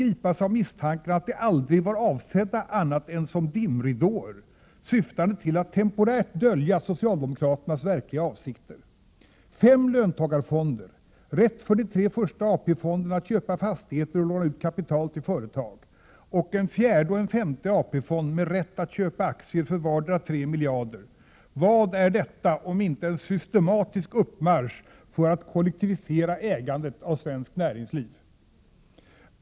gripas av misstanken att de aldrig var avsedda annat än som dimridåer, syftande till att temporärt dölja socialdemokraternas verkliga avsikter. Fem löntagarfonder, rätt för de tre första AP-fonderna att köpa fastigheter och låna ut kapital till företag samt en fjärde och en femte AP-fond med rätt att köpa aktier för vardera 3 miljarder, vad är detta om inte en systematisk uppmarsch för att kollektivisera ägandet av svenskt näringsliv?